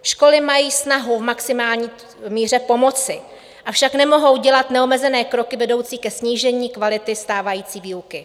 Školy mají snahu v maximální míře pomoci, avšak nemohou dělat neomezené kroky vedoucí ke snížení kvality stávající výuky.